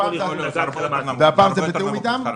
הפעם ה-370 שקל זה בתיאום איתם?